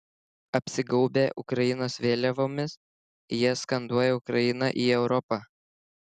apsigaubę ukrainos vėliavomis jie skanduoja ukrainą į europą